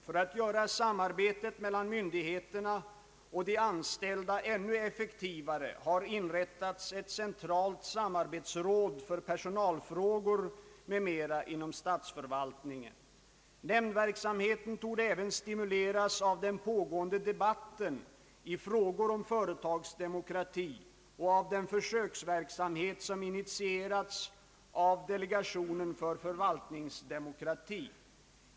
För att göra samarbetet mellan myndigheterna och de anställda ännu effektivare har inrättats ett centralt samarbetsråd för personalfrågor m.m. inom statsförvaltningen. Nämndverksamheten torde även stimuleras av den pågående debatten i frågor om företagsdemokrati och av den försöksverksamhet som initierats av delegationen för förvaltningsdemokrati.